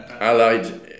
allied